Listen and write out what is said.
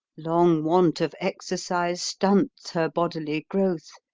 long want of exercise stunts her bodily growth,